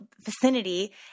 vicinity